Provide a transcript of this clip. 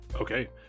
Okay